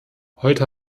heute